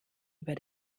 über